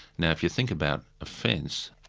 now if you think about offence,